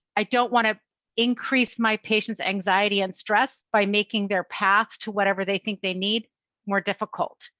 i don't want to increase my patients anxiety and stress by making their path to whatever they think they need more difficult.